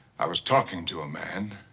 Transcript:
i was talking to a man,